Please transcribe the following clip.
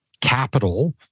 capital